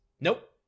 Nope